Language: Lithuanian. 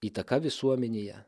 įtaka visuomenėje